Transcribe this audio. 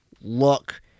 look